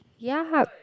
ya hub~